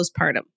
postpartum